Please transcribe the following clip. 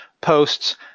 posts